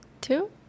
Two